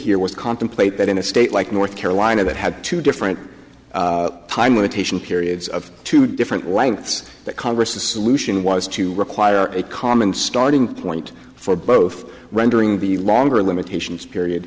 was contemplate that in a state like north carolina that had two different time limitation periods of two different lengths that congress the solution was to require a common starting point for both rendering the longer limitations period